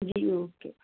जी okay